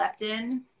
leptin